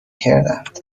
کردند